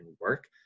work